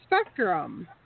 spectrum